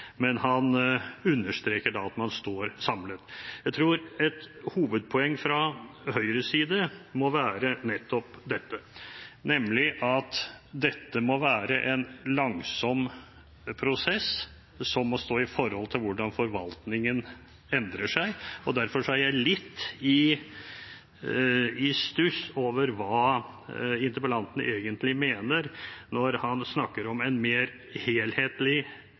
men han understreker at man står samlet. Jeg tror et hovedpoeng fra Høyres side nettopp må være at dette må være en langsom prosess som må stå i forhold til hvordan forvaltningen endrer seg. Derfor er jeg litt i stuss over hva interpellanten egentlig mener når han snakker om en mer helhetlig